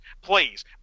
please